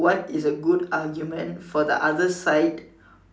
what is a good argument for the other side